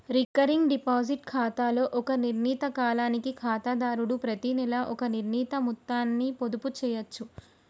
recurring deposit ఖాతాలో ఒక నిర్ణీత కాలానికి ఖాతాదారుడు ప్రతినెలా ఒక నిర్ణీత మొత్తాన్ని పొదుపు చేయచ్చు